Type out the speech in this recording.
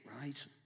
right